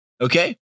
Okay